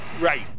Right